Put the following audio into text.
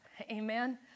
Amen